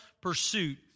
pursuit